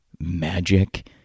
magic